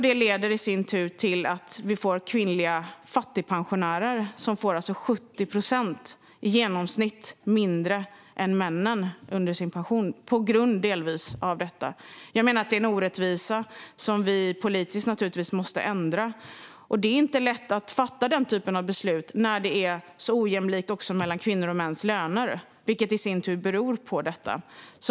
Det leder i sin tur till att vi får kvinnliga fattigpensionärer som i genomsnitt får 70 procent av vad männen får under sin pension. Jag menar att det är en orättvisa som vi politiskt måste ändra. Det är inte lätt att fatta den typen av beslut när det är så ojämlikt också mellan kvinnors och mäns löner, vilket i sin tur beror på detta.